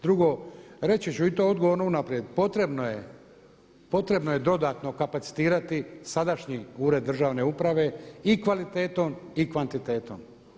Drugo, reći ću i to odgovorno unaprijed potrebno je dodatno kapacitirati sadašnji Ured državne uprave i kvalitetnom i kvantitetom.